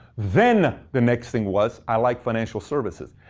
then the next thing was, i liked financial services.